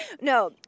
No